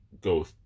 go